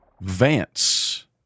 Vance